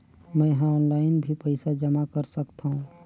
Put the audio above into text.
मैं ह ऑनलाइन भी पइसा जमा कर सकथौं?